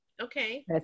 Okay